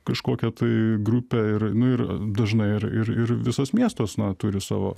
kažkokią tai grupę ir nu ir dažnai ir ir ir visas miestas na turi savo